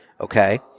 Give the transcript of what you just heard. Okay